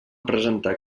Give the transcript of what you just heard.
presentar